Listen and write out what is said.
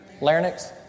Larynx